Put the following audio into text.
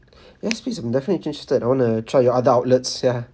yes please I'm definitely interested I want to try your other outlets ya